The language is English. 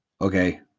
Okay